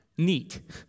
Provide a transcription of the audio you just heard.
neat